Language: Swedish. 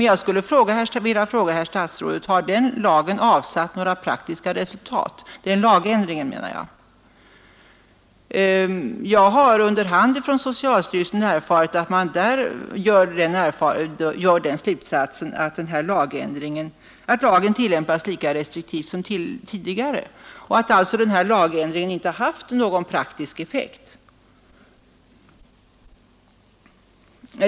Jag skulle vilja fråga herr statsrådet: Har den lagändringen avsatt praktiska resultat? Jag har under hand från socialstyrelsen erfarit att man där drar den slutsatsen att lagen tillämpas lika restriktivt som tidigare och att alltså lagändringen inte haft någon praktisk effekt.